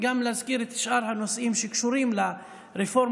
גם להזכיר את שאר הנושאים שקשורים לרפורמת